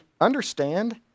understand